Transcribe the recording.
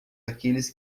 aqueles